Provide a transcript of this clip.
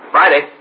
Friday